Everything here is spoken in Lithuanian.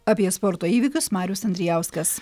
apie sporto įvykius marius andrijauskas